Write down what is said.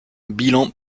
bilan